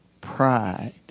pride